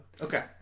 Okay